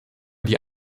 die